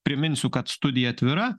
priminsiu kad studija atvira